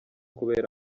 kubera